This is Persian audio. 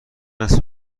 است